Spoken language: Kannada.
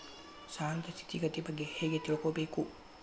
ಸಾಲದ್ ಸ್ಥಿತಿಗತಿ ಬಗ್ಗೆ ಹೆಂಗ್ ತಿಳ್ಕೊಬೇಕು?